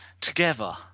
together